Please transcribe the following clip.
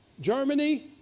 Germany